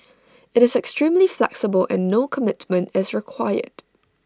IT is extremely flexible and no commitment is required